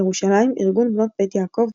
ירושלים ארגון בנות בית יעקב - בתיה,